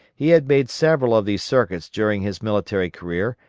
he had made several of these circuits during his military career,